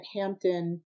Hampton